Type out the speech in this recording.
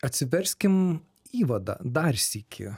atsiverskim įvadą dar sykį